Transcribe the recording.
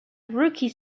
rookie